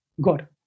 God